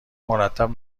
مرتب